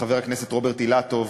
וחבר הכנסת רוברט אילטוב,